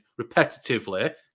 repetitively